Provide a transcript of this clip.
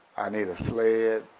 i need a sled,